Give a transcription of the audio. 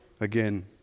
again